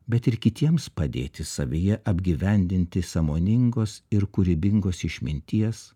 bet ir kitiems padėti savyje apgyvendinti sąmoningos ir kūrybingos išminties